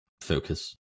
focus